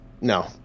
no